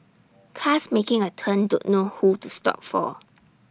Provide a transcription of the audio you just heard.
cars making A turn don't know who to stop for